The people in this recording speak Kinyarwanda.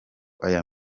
aya